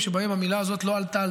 לא,